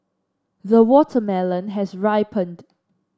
the watermelon has ripened